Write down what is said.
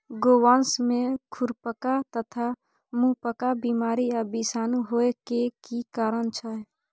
गोवंश में खुरपका तथा मुंहपका बीमारी आ विषाणु होय के की कारण छै?